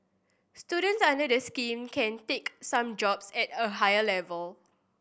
students under the scheme can take some jobs at a higher level